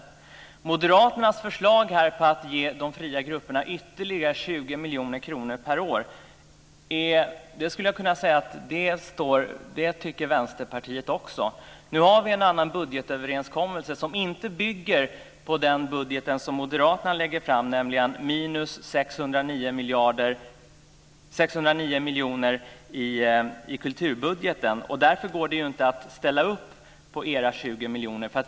Om moderaternas förslag här att ge de fria grupperna ytterligare 20 miljoner kronor per år skulle jag vilja säga att det tycker Vänsterpartiet också. Nu har vi en annan budgetöverenskommelse som inte bygger på den budget som moderaterna lägger fram, nämligen minus 609 miljoner i kulturbudgeten. Därför går det inte att ställa upp på era 20 miljoner.